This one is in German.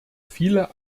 viele